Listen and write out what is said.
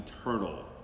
eternal